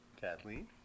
Kathleen